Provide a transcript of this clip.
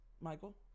Michael